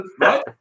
Right